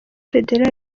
fédéral